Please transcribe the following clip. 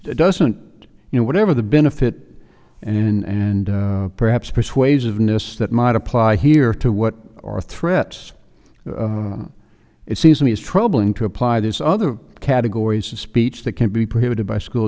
doesn't you know whatever the benefit and perhaps persuasiveness that might apply here to what are threats it seems to me is troubling to apply this other categories of speech that can be prohibited by school